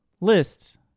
lists